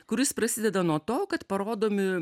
kuris prasideda nuo to kad parodomi